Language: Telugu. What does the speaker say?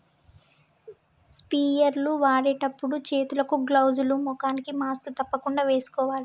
స్ప్రేయర్ లు వాడేటప్పుడు చేతులకు గ్లౌజ్ లు, ముఖానికి మాస్క్ తప్పకుండా వేసుకోవాలి